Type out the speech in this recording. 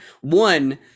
One